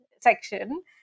section